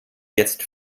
jetzt